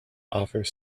offers